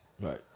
Right